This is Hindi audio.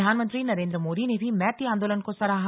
प्रधानमंत्री नरेंद्र मोदी ने भी मैती आंदोलन को सराहा